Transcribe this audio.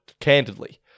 candidly